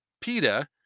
PETA